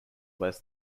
less